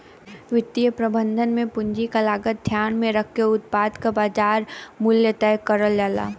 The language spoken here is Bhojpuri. वित्तीय प्रबंधन में पूंजी क लागत ध्यान में रखके उत्पाद क बाजार मूल्य तय करल जाला